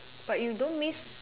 but you don't miss